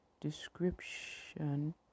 description